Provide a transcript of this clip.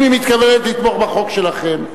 אם היא מתכוונת לתמוך בחוק שלכם,